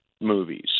movies